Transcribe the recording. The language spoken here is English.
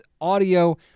audio